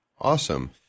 Awesome